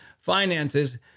finances